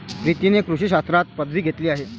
प्रीतीने कृषी शास्त्रात पदवी घेतली आहे